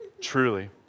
truly